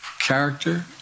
character